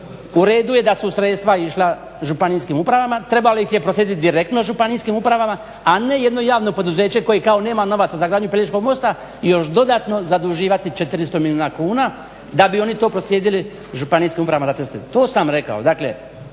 uredu je da su sredstva išla županijskim upravama, trebalo ih je proslijediti direktno županijskim upravama a ne jedno javno poduzeće koje kao nema novaca za gradnju Pelješkog mosta i još dodatno zaduživati 400 milijuna kuna da bi oni to proslijedili ŽUC-u. to sam rekao.